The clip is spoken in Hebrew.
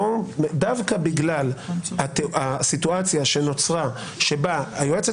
דווקא בגלל הסיטואציה שנוצרה שבה היועצת